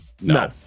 No